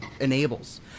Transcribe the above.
enables